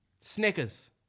Snickers